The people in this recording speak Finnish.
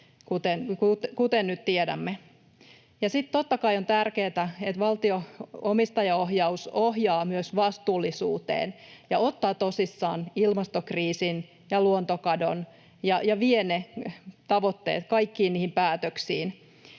kuten nyt tiedämme. Sitten totta kai on tärkeätä, että valtion omistajaohjaus ohjaa myös vastuullisuuteen ja ottaa tosissaan ilmastokriisin ja luontokadon ja vie ne tavoitteet kaikkiin niihin päätöksiin,